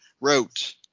wrote